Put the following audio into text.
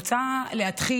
אני רוצה להתחיל,